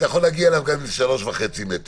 אתה יכול להגיע אליהם גם עם 3.5 מטר,